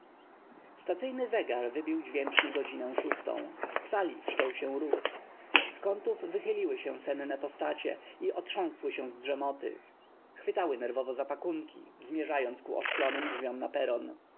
stacyjny zegar w ybił dźwięcznie godzinę szóstą w sali wszczął się ruch z k ątó w w y chyliły się senne postacie i otrząsłszy się z drzem oty chw ytały nerw ow o za pakunki zm ierzając ku oszklonym drzw iom na peron